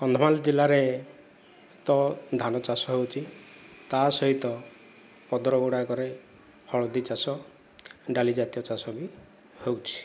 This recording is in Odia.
କନ୍ଧମାଳ ଜିଲ୍ଲାରେ ତ ଧାନ ଚାଷ ହେଉଛି ତା ସହିତ ପଦର ଗୁଡ଼ାକରେ ହଳଦୀ ଚାଷ ଡାଲିଜାତୀୟ ଚାଷ ବି ହେଉଛି